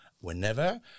whenever